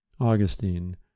Augustine